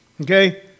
Okay